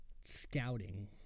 scouting